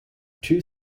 two